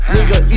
Nigga